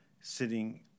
sitting